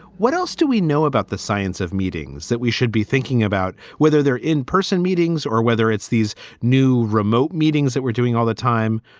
what else do we know about the science of meetings that we should be thinking about, whether they're in-person meetings or whether it's these new remote meetings that we're doing all the time?